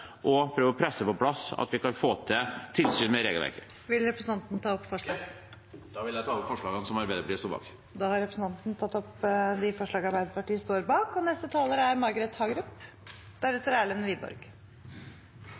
og prøve å presse på plass at vi kan få til tilsyn med regelverket. Jeg tar opp forslagene som Arbeiderpartiet er en del av. Representanten Arild Grande har tatt opp de forslagene han refererte til. Saken som debatteres i dag, har utgangspunkt i saken om innleie og